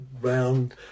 round